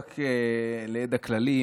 רק לידע כללי,